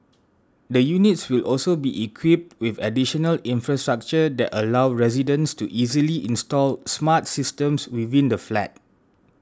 the units will also be equipped with additional infrastructure that allow residents to easily install smart systems within the flat